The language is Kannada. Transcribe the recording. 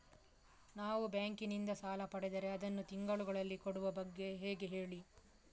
ನಾವು ಬ್ಯಾಂಕ್ ನಿಂದ ಸಾಲ ಪಡೆದರೆ ಅದನ್ನು ತಿಂಗಳುಗಳಲ್ಲಿ ಕೊಡುವ ಬಗ್ಗೆ ಹೇಗೆ ಹೇಳಿ